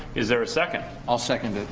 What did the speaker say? is there a second i'll second it.